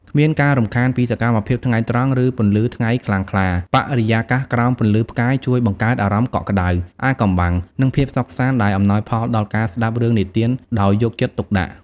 គ្មានការរំខានពីសកម្មភាពថ្ងៃត្រង់ ឬពន្លឺថ្ងៃខ្លាំងក្លា បរិយាកាសក្រោមពន្លឺផ្កាយជួយបង្កើតអារម្មណ៍កក់ក្ដៅ អាថ៌កំបាំង និងភាពសុខសាន្ត ដែលអំណោយផលដល់ការស្ដាប់រឿងនិទានដោយយកចិត្តទុកដាក់ ។